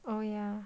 oh ya